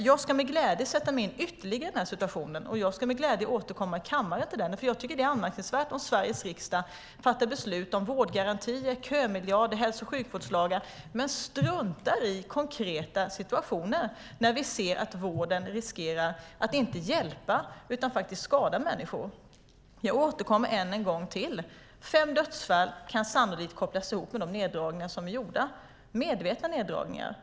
Jag ska med glädje sätta mig in ytterligare i situationen och med glädje återkomma i kammaren till den, för jag tycker att det är anmärkningsvärt att Sveriges riksdag fattar beslut om vårdgarantier, kömiljard och hälso och sjukvårdslagar men struntar i konkreta situationer, när vi ser att vården riskerar att inte hjälpa utan faktiskt skada människor. Jag återkommer än en gång till detta: Fem dödsfall kan sannolikt kopplas ihop med de medvetna neddragningar som är gjorda.